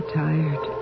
tired